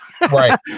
Right